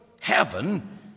heaven